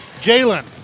Jalen